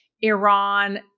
Iran